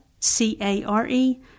c-a-r-e